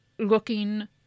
looking